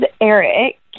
Eric